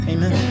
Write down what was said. Amen